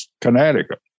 Connecticut